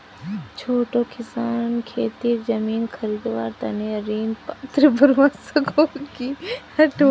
छोटो किसान खेतीर जमीन खरीदवार तने ऋण पात्र बनवा सको हो कि?